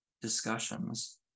discussions